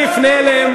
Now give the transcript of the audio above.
אני אפנה אליהם,